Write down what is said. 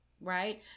right